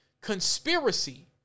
Conspiracy